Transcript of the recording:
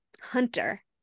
Hunter